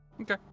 Okay